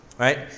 Right